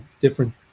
different